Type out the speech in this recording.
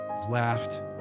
laughed